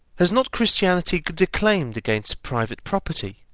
has not christianity declaimed against private property,